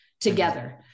together